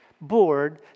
board